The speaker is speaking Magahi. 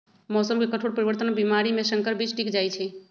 मौसम के कठोर परिवर्तन और बीमारी में संकर बीज टिक जाई छई